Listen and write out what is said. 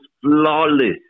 flawless